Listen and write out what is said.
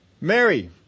Mary